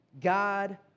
God